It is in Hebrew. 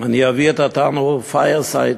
אני אביא תנור "פיירסייד",